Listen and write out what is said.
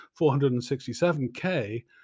467k